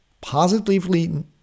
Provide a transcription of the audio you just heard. positively